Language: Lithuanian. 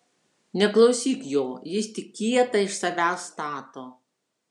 neklausyk jo jis tik kietą iš savęs stato